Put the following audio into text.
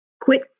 quit